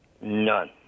None